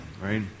right